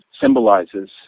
symbolizes